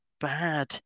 bad